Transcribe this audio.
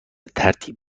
ترتیب